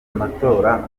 amatora